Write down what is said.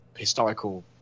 historical